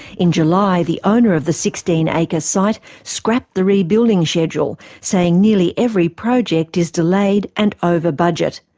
in july, the owner of the sixteen acre site scrapped the rebuilding schedule, saying nearly every project is delayed and over budget.